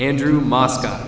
andrew moscow